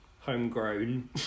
homegrown